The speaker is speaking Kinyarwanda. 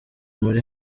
muri